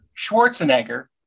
Schwarzenegger